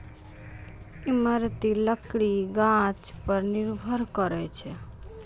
इमारती लकड़ी गाछ पर निर्भर करै छै